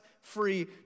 free